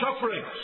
sufferings